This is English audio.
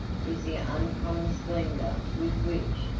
was the uncommon splendor with which,